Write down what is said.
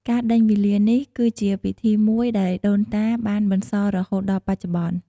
ការដេញវេលានេះគីជាពិធីមួយដែលដូនតាបានបន្សល់រហូតដល់បច្ចុប្បន្ន។